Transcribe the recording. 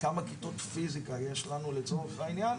כמה כיתות פיזיקה יש לנו לצורך העניין,